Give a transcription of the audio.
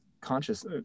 conscious